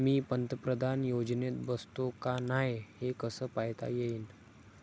मी पंतप्रधान योजनेत बसतो का नाय, हे कस पायता येईन?